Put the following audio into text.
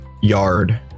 yard